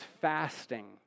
fasting